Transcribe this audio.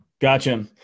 Gotcha